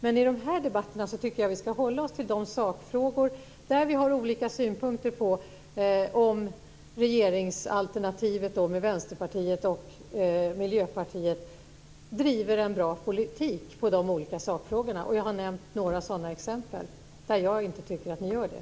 Men i dessa debatter så tycker jag att vi ska hålla oss till de sakfrågor där vi har olika synpunkter på om regeringsalternativet med Vänsterpartiet och Miljöpartiet driver en bra politik i de olika sakfrågorna, och jag har nämnt några sådana exempel där jag inte tycker att ni gör det.